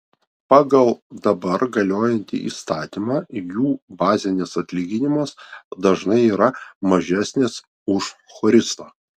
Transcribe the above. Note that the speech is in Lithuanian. pagal dabar galiojantį įstatymą jų bazinis atlyginimas dažnai yra mažesnis už choristo